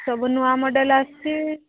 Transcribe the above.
ସବୁ ନୂଆ ମଡ଼େଲ୍ ଆସିଛି